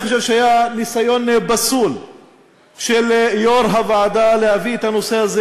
אני חושב שהיה ניסיון פסול של יושב-ראש הוועדה להביא את הנושא הזה